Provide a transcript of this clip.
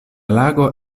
lago